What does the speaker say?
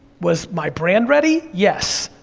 was my brand ready, yes.